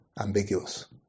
Ambiguous